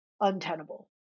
untenable